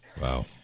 Wow